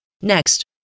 Next